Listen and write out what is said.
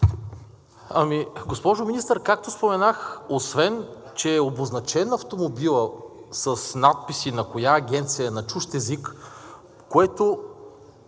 Ами, госпожо Министър, както споменах, освен че е обозначен автомобилът с надписи на коя агенция на чужд език, което